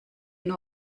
nur